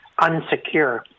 unsecure